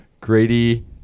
Grady